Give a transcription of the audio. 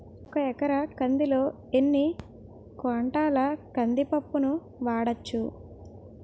ఒక ఎకర కందిలో ఎన్ని క్వింటాల కంది పప్పును వాడచ్చు?